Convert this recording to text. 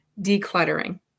decluttering